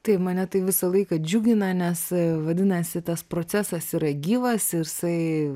taip mane tai visą laiką džiugina nes vadinasi tas procesas yra gyvas ir jisai